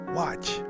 watch